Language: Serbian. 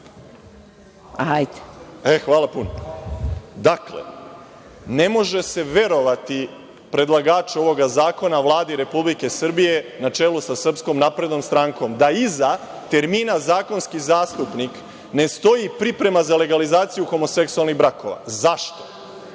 Hvala puno. Dakle, ne može se verovati predlagaču ovog zakona, Vladi Republike Srbije na čelu sa SNS, da iza termina: „zakonski zastupnik“ ne stoji priprema za legalizaciju homoseksualnih brakova. Zašto?